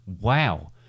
Wow